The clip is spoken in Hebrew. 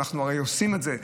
אנחנו הרי עושים את זה.